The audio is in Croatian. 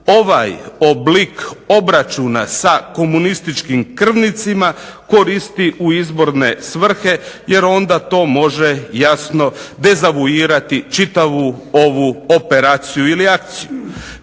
ovaj oblik obračuna sa komunističkim krvnicima koristi u izborne svrhe jer onda to može jasno dezavuirati čitavu ovu operaciju ili akciju.